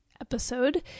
episode